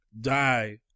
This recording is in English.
die